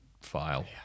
file